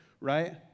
right